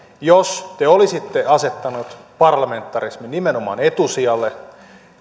jos te olisitte asettaneet parlamentarismin nimenomaan etusijalle